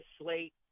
slate